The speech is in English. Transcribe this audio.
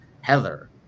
Heather